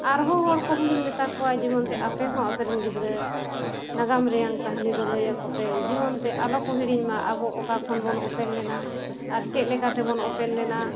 ᱟᱨᱦᱚᱸ ᱦᱚᱲ ᱠᱚᱦᱚᱸᱞᱤᱧ ᱢᱮᱛᱟ ᱠᱚᱣᱟ ᱡᱮᱢᱚᱱ ᱛᱮ ᱟᱯᱮ ᱦᱚᱸ ᱟᱯᱮ ᱨᱮᱱ ᱜᱤᱫᱽᱨᱟᱹ ᱱᱟᱜᱟᱢ ᱨᱮᱭᱟᱝ ᱠᱟᱹᱦᱱᱤ ᱫᱚ ᱞᱟᱹᱭᱟᱠᱚ ᱯᱮ ᱡᱤᱵᱚᱱ ᱛᱮ ᱟᱞᱚ ᱠᱚ ᱦᱤᱲᱤᱧ ᱢᱟ ᱟᱵᱚ ᱚᱠᱟ ᱠᱷᱚᱱ ᱵᱚᱱ ᱚᱯᱮᱞ ᱞᱮᱱᱟ ᱟᱨ ᱪᱮᱫ ᱞᱮᱠᱟ ᱛᱮᱵᱚᱱ ᱚᱯᱮᱞ ᱞᱮᱱᱟ